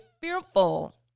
fearful